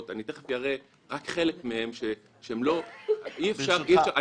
תכף אראה רק חלק מהם שאי-אפשר --- ברשותך,